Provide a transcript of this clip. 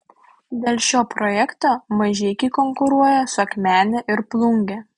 dėl šio projekto mažeikiai konkuruoja su akmene ir plunge